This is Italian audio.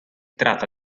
tratta